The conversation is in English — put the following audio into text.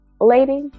Lady